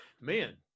man